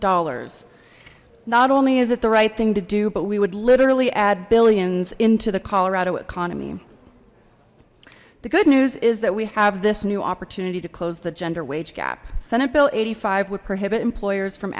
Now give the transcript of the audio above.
dollars not only is it the right thing to do but we would literally add billions into the colorado economy the good news is that we have this new opportunity to close the gender wage gap senate bill eighty five would prohibit employers from